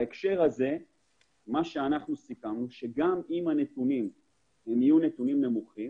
בהקשר הזה סיכמנו שגם אם הנתונים יהיו נמוכים